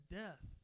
death